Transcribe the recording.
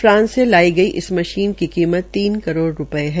France से लाई इस मशीन की कीमत तीन करोड़ रूपये है